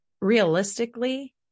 realistically